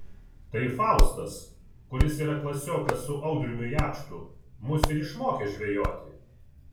tai faustas kuris yra klasiokas su audriumi jakštu mus ir išmokė žvejoti